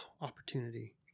opportunity